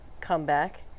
comeback